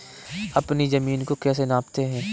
अपनी जमीन को कैसे नापते हैं?